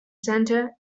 santa